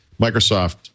Microsoft